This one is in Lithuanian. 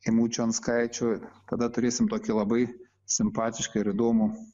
eimučiu anskaičiu tada turėsim tokį labai simpatišką ir įdomų